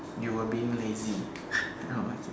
you were being lazy I don't know what is it